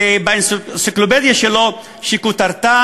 שכותרתה,